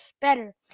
better